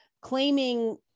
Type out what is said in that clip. claiming